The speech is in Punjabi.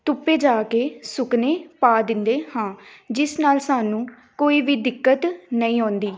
ਧੁੱਪੇ ਜਾ ਕੇ ਸੁੱਕਣੇ ਪਾ ਦਿੰਦੇ ਹਾਂ ਜਿਸ ਨਾਲ ਸਾਨੂੰ ਕੋਈ ਵੀ ਦਿੱਕਤ ਨਹੀਂ ਆਉਂਦੀ